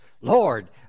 Lord